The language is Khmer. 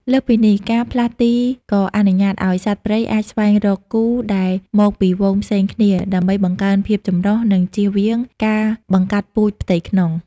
លើសពីនេះ ការផ្លាស់ទីក៏អនុញ្ញាតឱ្យសត្វព្រៃអាចស្វែងរកគូ ដែលមកពីហ្វូងផ្សេងគ្នា ដើម្បីបង្កើនភាពចម្រុះ និងជៀសវាងការបង្កាត់ពូជផ្ទៃក្នុង។